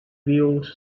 wheeled